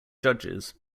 judges